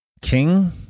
King